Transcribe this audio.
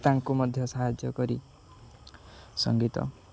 ତାଙ୍କୁ ମଧ୍ୟ ସାହାଯ୍ୟ କରି ସଙ୍ଗୀତ